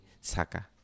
saka